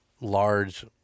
large